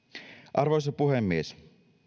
arvoisa puhemies